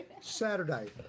Saturday